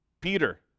Peter